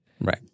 Right